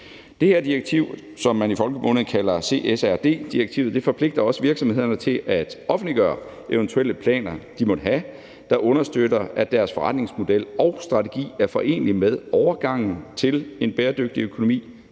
Det her direktiv, som man i folkemunde kalder CSRD-direktivet, forpligter også virksomhederne til at offentliggøre eventuelle planer, de måtte have, der understøtter, at deres forretningsmodel og strategi er forenelig med overgangen til en bæredygtig økonomi,